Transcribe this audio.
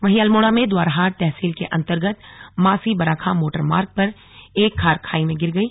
वहीं अल्मोड़ा में द्वाराहाट तहसील के अंतर्गत मासी बराखाम मोटर मार्ग पर एक कार खाई में गिर गई